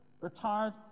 retired